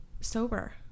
sober